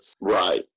Right